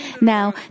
Now